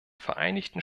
vereinigten